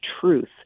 truth